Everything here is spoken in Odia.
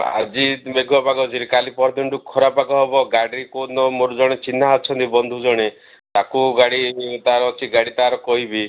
ଆଜି ମେଘୁଆ ପାଗ ଅଛି କାଲି ପହରଦିନଠୁ ଖରାପାଗ ହେବ ଗାଡ଼ି କେଉଁଦିନ ମୋର ଜଣେ ଚିହ୍ନା ଅଛନ୍ତି ବନ୍ଧୁ ଜଣେ ତାକୁ ଗାଡ଼ି ତା'ର ଅଛି ଗାଡ଼ି ତାର କଇବି